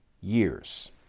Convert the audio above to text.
years